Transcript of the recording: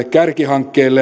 kärkihankkeiden